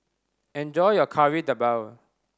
enjoy your Kari Debal